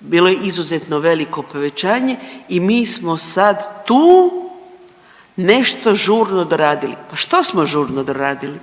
bilo je izuzetno veliko povećanje i mi smo sad tu nešto žurno doradili. Pa što smo žurno doradili?